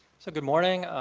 so good morning.